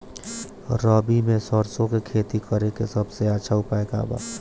रबी में सरसो के खेती करे के सबसे अच्छा उपाय का बा?